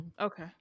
okay